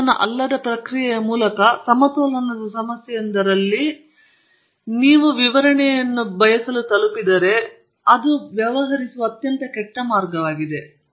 ಸಮತೋಲನ ಅಲ್ಲದ ಪ್ರಕ್ರಿಯೆಯ ಮೂಲಕ ಸಮತೋಲನದ ಸಮಸ್ಯೆಯೊಂದರಲ್ಲಿ ಉಷ್ಣಬಲ ಸಮಸ್ಯೆಯ ವಿವರಣೆಗೆ ನೀವು ತಲುಪಿದರೆ ಅದು ವ್ಯವಹರಿಸಲು ಅತ್ಯಂತ ಕೆಟ್ಟ ಮಾರ್ಗವಾಗಿದೆ